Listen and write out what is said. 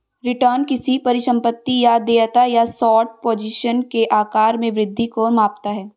return किसी परिसंपत्ति या देयता या शॉर्ट पोजीशन के आकार में वृद्धि को मापता है